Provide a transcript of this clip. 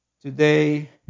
today